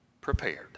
prepared